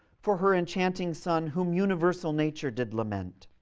for her enchanting son whom universal nature did lament,